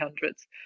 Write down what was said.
hundreds